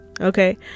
okay